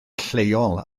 lleol